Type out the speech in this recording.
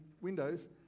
windows